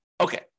Okay